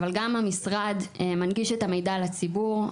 אבל גם המשרד מנגיש את המידע לציבור.